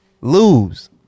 lose